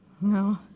No